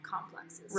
complexes